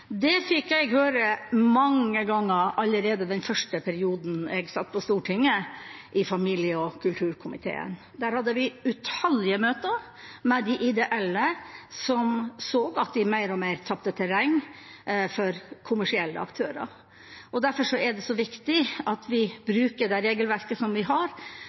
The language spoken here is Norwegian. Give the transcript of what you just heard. Det fikk jeg høre mange ganger allerede den først perioden jeg satt på Stortinget – i familie- og kulturkomiteen. Der hadde vi utallige møter med de ideelle, som så at de mer og mer tapte terreng for kommersielle aktører. Derfor er det så viktig at vi bruker det regelverket vi har,